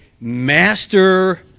master